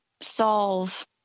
solve